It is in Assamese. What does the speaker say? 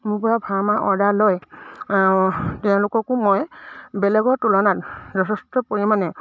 মোৰ পৰা ফাৰ্মা অৰ্ডাৰ লয় তেওঁলোককো মই বেলেগৰ তুলনাত যথেষ্ট পৰিমাণে